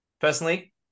personally